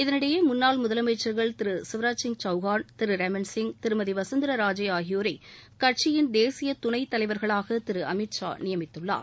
இதனிடையே முன்னாள் முதலமைச்சர்கள் திரு சிவராஜ்சிய் சவுகான் திரு ரமண்சிய் திருமதி வசுந்தரராஜே ஆகியோரை கட்சியின் தேசிய துணைத் தலைவர்களாக திரு அமித் ஷா நியமித்துள்ளார்